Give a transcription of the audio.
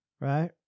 Right